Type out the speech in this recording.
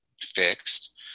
fixed